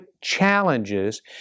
challenges